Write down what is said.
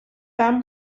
ben